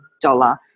dollar